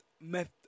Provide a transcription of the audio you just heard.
Meth